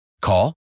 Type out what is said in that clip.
Call